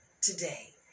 today